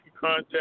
contact